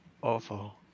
Awful